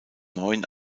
neuen